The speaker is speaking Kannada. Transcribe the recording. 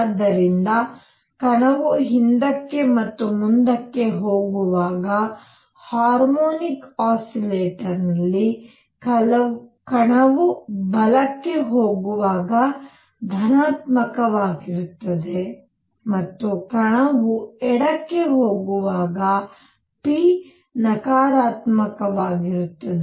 ಆದ್ದರಿಂದ ಕಣವು ಹಿಂದಕ್ಕೆ ಮತ್ತು ಮುಂದಕ್ಕೆ ಹೋಗುವಾಗ ಹಾರ್ಮೋನಿಕ್ ಆಸಿಲೆಟರ್ನಲ್ಲಿ ಕಣವು ಬಲಕ್ಕೆ ಹೋಗುವಾಗ ಧನಾತ್ಮಕವಾಗಿರುತ್ತದೆ ಮತ್ತು ಕಣವು ಎಡಕ್ಕೆ ಹೋಗುವಾಗ p ನಕಾರಾತ್ಮಕವಾಗಿರುತ್ತದೆ